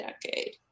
decade